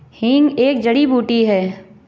हींग एक जड़ी बूटी है